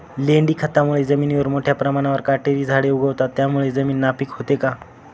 लेंडी खतामुळे जमिनीवर मोठ्या प्रमाणावर काटेरी झाडे उगवतात, त्यामुळे जमीन नापीक होते का?